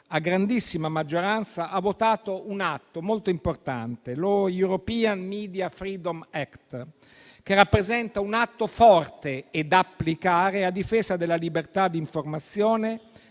a grandissima maggioranza, ha votato un atto molto importante, lo European media freedom act, che rappresenta un atto forte e da applicare a difesa della libertà di informazione,